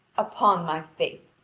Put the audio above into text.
upon my faith,